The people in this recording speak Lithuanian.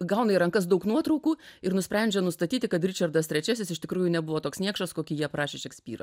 gauna į rankas daug nuotraukų ir nusprendžia nustatyti kad ričardas trečiasis iš tikrųjų nebuvo toks niekšas kokį jį aprašė šekspyras